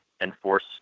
enforce